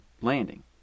landing